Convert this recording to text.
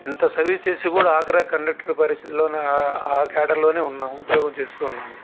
ఇంత సర్వీస్ చేసి కూడా ఆఖరిన కండక్టర్ పరిస్థితిలోనే ఆ కేడర్లోనే ఉన్నాం ఉద్యోగం చేస్తూ ఉన్నాము